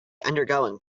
undergoing